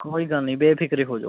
ਕੋਈ ਗੱਲ ਨਹੀਂ ਬੇਫਿਕਰੇ ਹੋ ਜਾਉ